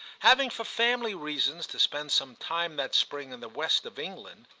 having for family reasons to spend some time that spring in the west of england,